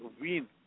win